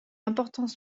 importants